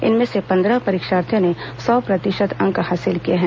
इनमें से पंद्रह परीक्षार्थियों ने सौ प्रतिशत अंक हासिल किए हैं